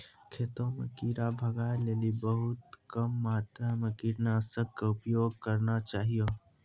खेतों म कीड़ा भगाय लेली बहुत कम मात्रा मॅ कीटनाशक के उपयोग करना चाहियो